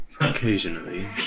Occasionally